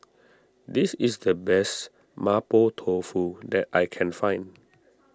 this is the best Mapo Tofu that I can find